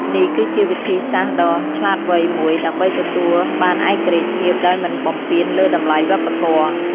នេះគឺជាវិធីសាស្រ្តដ៏ឆ្លាតវៃមួយដើម្បីទទួលបានឯករាជ្យភាពដោយមិនបំពានលើតម្លៃវប្បធម៌។